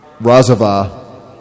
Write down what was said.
Razava